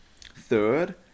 Third